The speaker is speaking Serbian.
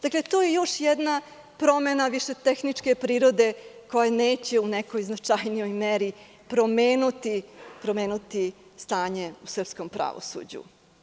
Dakle, to je još jedna promena više tehničke prirode koja neće u nekoj značajnijoj meri promeniti stanje u srpskom pravosuđu.